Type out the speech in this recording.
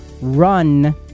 run